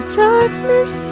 darkness